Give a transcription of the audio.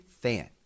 fan